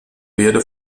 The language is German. werde